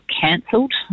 cancelled